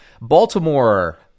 Baltimore